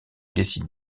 décident